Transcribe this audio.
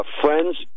friends